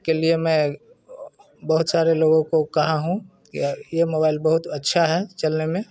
के लिए मैं बहुत सारे लोगों को कहा हूँ यह मोबाइल बहुत अच्छा है चलने में